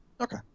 Okay